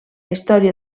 història